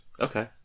Okay